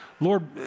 Lord